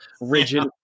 rigid